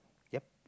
ya